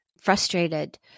frustrated